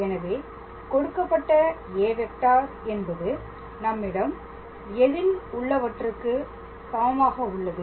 எனவே கொடுக்கப்பட்ட a⃗ vector என்பது நம்மிடம் எதில் உள்ளவற்றுக்கு சமமாக உள்ளது